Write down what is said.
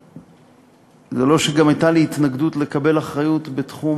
וזה לא שהייתה לי התנגדות לקבל אחריות בתחום